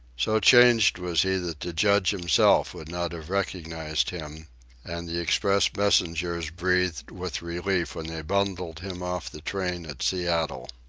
so changed was he that the judge himself would not have recognized him and the express messengers breathed with relief when they bundled him off the train at seattle.